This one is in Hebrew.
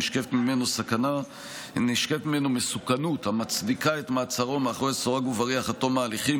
נשקפת ממנו מסוכנות המצדיקה את מעצרו מאחורי סורג ובריח עד תום ההליכים,